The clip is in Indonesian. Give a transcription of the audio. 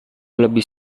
lebih